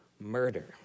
murder